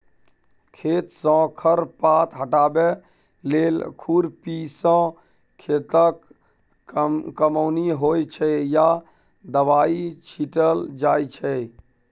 खेतसँ खर पात हटाबै लेल खुरपीसँ खेतक कमौनी होइ छै या दबाइ छीटल जाइ छै